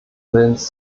willens